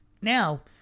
Now